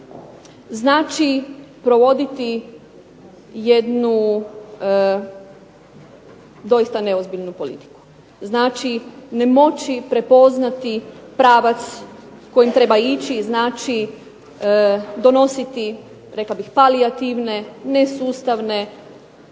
znači provoditi jednu doista neozbiljnu politiku, znači ne moći prepoznati pravac kojim treba ići, znači donositi rekla bih palijativne, nesustavne